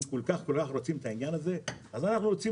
אם כל כך רוצים להיות בתוך העניין הזה אז אנחנו רוצים